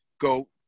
go